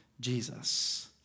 Jesus